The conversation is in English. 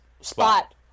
spot